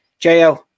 JL